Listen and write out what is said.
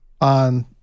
on